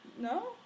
No